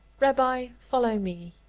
rabbi, follow me.